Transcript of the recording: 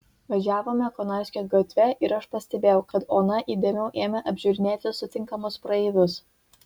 važiavome konarskio gatve ir aš pastebėjau kad ona įdėmiau ėmė apžiūrinėti sutinkamus praeivius